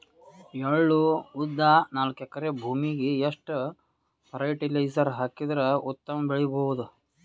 ಎಳ್ಳು, ಉದ್ದ ನಾಲ್ಕಎಕರೆ ಭೂಮಿಗ ಎಷ್ಟ ಫರಟಿಲೈಜರ ಹಾಕಿದರ ಉತ್ತಮ ಬೆಳಿ ಬಹುದು?